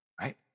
right